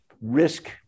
risk